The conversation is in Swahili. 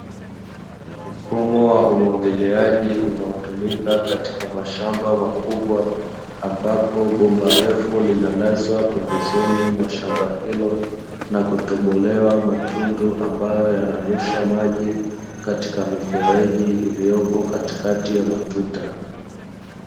Mfumo wa umwagiliaji unaotumika katika mashamba makubwa, ambapo bomba refu linalazwa pembezoni mwa shamba hilo na kutobolewa matundu ambayo yanayorusha maji katika mifereji iliyopo katikatika ya matuta.